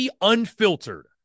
Unfiltered